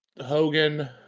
Hogan